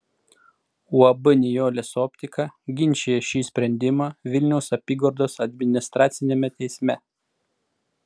uab nijolės optika ginčija šį sprendimą vilniaus apygardos administraciniame teisme